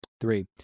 three